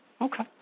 Okay